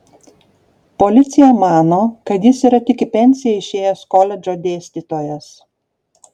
policija mano kad jis yra tik į pensiją išėjęs koledžo dėstytojas